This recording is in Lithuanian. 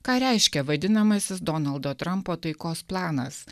ką reiškia vadinamasis donaldo trampo taikos planas